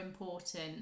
important